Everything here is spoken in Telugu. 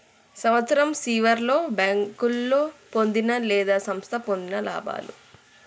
సంవత్సరం సివర్లో బేంకోలు పొందిన లేదా సంస్థ పొందిన లాభాలు